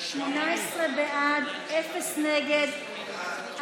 18 בעד, אין מתנגדים,